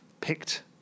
picked